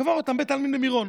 קבר אותם בבית העלמין במירון.